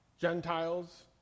Gentiles